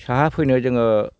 साहा फैनायाव जोङो